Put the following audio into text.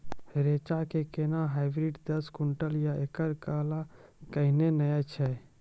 रेचा के कोनो हाइब्रिड दस क्विंटल या एकरऽ वाला कहिने नैय छै?